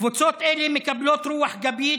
קבוצות אלה מקבלות רוח גבית